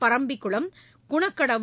Parambikulam Kunakkadavu